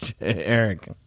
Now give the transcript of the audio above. Eric